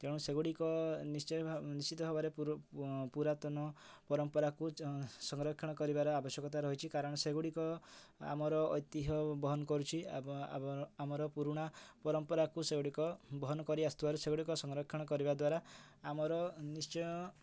ତେଣୁ ସେଗୁଡ଼ିକ ନିଶ୍ଚୟ ନିଶ୍ଟିତ ଭାବରେ ପୁରାତନ ପରମ୍ପରାକୁ ସଂରକ୍ଷଣ କରିବାରେ ଆବଶ୍ୟକତା ରହିଛି କାରଣ ସେଗୁଡ଼ିକ ଆମର ଐତିହ ବହନ କରୁଛି ଏବଂ ଆମର ପୁରୁଣା ପରମ୍ପରାକୁ ସେଗୁଡ଼ିକ ବହନ କରି ଆସୁଥିବାରୁ ସେଗୁଡ଼ିକ ସଂରକ୍ଷଣ କରିବା ଦ୍ୱାରା ଆମର ନିଶ୍ଚୟ